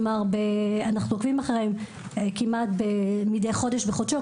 כלומר, אנחנו עוקבים אחריהם כמעט חודש בחודשו.